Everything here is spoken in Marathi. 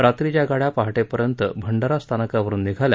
रात्रीच्या गाड़या पहाटेपर्यंत भंडारा स्थानकावरुन निघाल्या